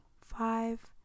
five